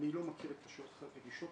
אני לא מכיר התקשרויות רגישות,